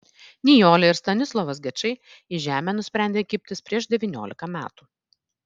nijolė ir stanislovas gečai į žemę nusprendė kibtis prieš devyniolika metų